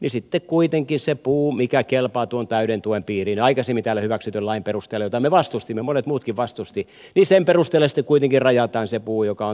niin sitten kuitenkin se puu mikä kelpaa tuon täyden tuen piiriin aikaisemmin täällä hyväksytyn lain perusteella jota me vastustimme monet muutkin vastustivat niin sen perusteella sitten kuitenkin rajataan se puu joka on tukikelpoinen